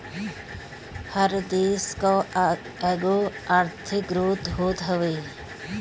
हर देस कअ एगो आर्थिक ग्रोथ होत हवे